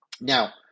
Now